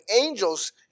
angel's